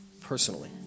Personally